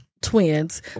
twins